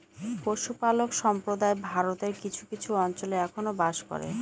পশুপালক সম্প্রদায় ভারতের কিছু কিছু অঞ্চলে এখনো বাস করে